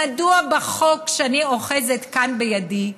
מדוע בחוק שאני אוחזת כאן בידי,